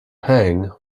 pang